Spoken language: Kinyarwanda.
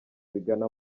bigana